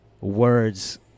words